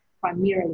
primarily